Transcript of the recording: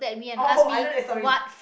oh I don't have sorry